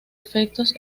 efectos